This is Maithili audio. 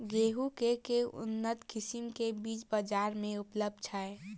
गेंहूँ केँ के उन्नत किसिम केँ बीज बजार मे उपलब्ध छैय?